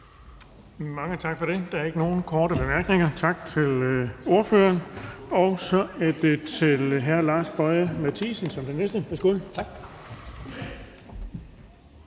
Mange tak for det. Der er ingen korte bemærkninger. Tak til ordføreren. Så giver vi ordet til hr. Lars Boje Mathiesen. Kl.